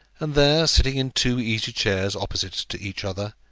and there, sitting in two easy-chairs opposite to each other,